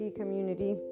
community